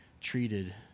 treated